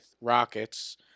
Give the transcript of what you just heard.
Rockets